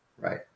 Right